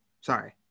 sorry